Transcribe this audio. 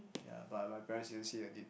ya but my parents didn't see a need